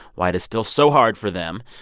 why it is still so hard for them,